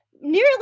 nearly